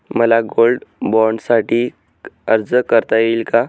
मला गोल्ड बाँडसाठी अर्ज करता येईल का?